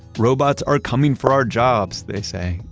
robots are coming for our jobs, they say,